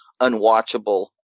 unwatchable